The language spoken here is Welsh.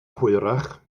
hwyrach